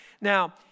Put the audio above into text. Now